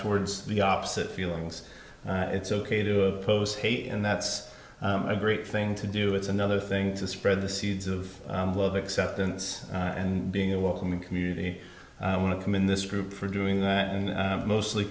towards the opposite feelings it's ok to oppose hate and that's a great thing to do it's another thing to spread the seeds of love acceptance and being a welcoming community i want to come in this group for doing that and mostly